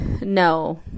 no